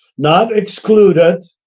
not exclude it,